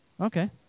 Okay